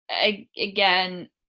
again